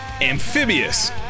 amphibious